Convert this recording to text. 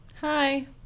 Hi